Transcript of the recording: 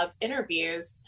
interviews